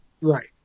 Right